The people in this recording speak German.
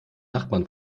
nachbarn